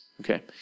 Okay